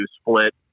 split